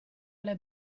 alle